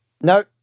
No